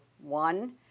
one